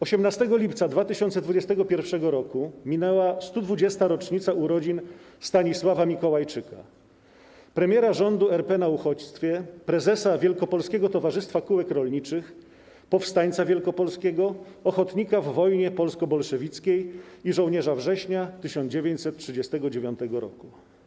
18 lipca 2021 roku minęła 120. rocznica urodzin Stanisława Mikołajczyka - premiera rządu RP na uchodźstwie, prezesa Wielkopolskiego Towarzystwa Kółek Rolniczych, powstańca wielkopolskiego, ochotnika w wojnie polsko-bolszewickiej i żołnierza września 1939 roku.